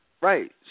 Right